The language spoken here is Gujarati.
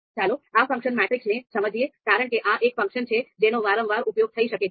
ચાલો આ ફંક્શન મેટ્રિક્સને સમજીએ કારણ કે આ એક ફંક્શન છે જેનો વારંવાર ઉપયોગ થઈ શકે છે